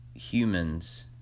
humans